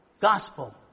...gospel